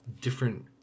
different